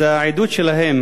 אז העדות שלהם,